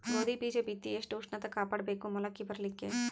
ಗೋಧಿ ಬೀಜ ಬಿತ್ತಿ ಎಷ್ಟ ಉಷ್ಣತ ಕಾಪಾಡ ಬೇಕು ಮೊಲಕಿ ಬರಲಿಕ್ಕೆ?